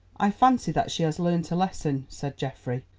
i fancy that she has learnt a lesson, said geoffrey.